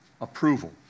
approval